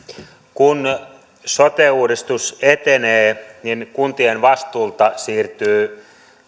kun sote uudistus etenee niin kuntien vastuulta siirtyvät